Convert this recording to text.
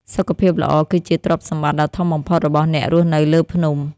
សុខភាពល្អគឺជាទ្រព្យសម្បត្តិដ៏ធំបំផុតរបស់អ្នករស់នៅលើភ្នំ។